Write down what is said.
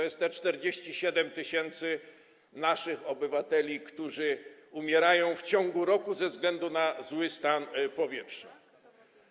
Jest 47 tys. naszych obywateli, którzy umierają w ciągu roku ze względu na zły stan powietrza.